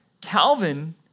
Calvin